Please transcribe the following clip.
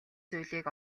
зүйлийг